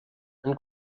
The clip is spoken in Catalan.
han